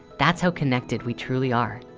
that's how connected we truly are